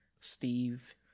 Steve